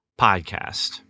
podcast